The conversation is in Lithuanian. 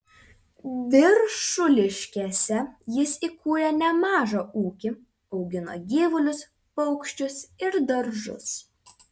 viršuliškėse jis įkūrė nemažą ūkį augino gyvulius paukščius ir daržus